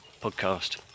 podcast